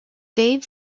dave